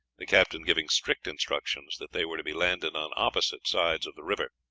the captain giving strict instructions that they were to be landed on opposite sides of the river.